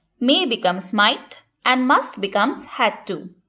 may becomes might, and must becomes had to.